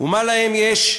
ומה להם יש?